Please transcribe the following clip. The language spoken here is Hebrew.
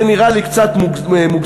זה נראה לי קצת מוגזם.